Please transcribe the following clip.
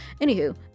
Anywho